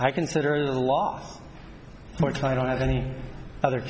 i consider it a lot more time i don't have any other